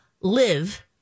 Live